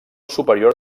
superior